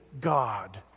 God